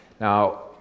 Now